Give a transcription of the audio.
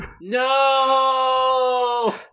No